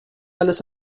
alles